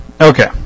okay